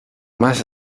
más